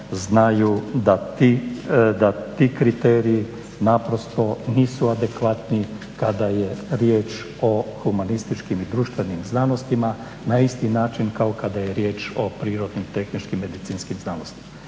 znaju da ti kriteriji naprosto nisu adekvatni kada je riječ o humanističkim i društvenim znanostima na isti način kao kada je riječ o prirodnim, tehničkim, medicinskim znanostima.